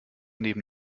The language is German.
neben